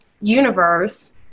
universe